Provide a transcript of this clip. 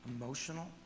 emotional